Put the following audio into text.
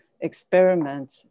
experiment